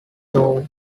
door